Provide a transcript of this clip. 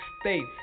States